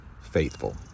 faithful